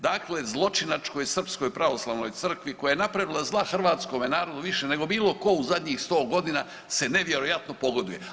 Dakle, zločinačkoj srpskoj pravoslavnoj crkvi koja je napravila zla hrvatskome narodu više nego bilo ko u zadnjih sto godina se nevjerojatno pogoduje.